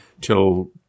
till